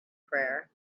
prayer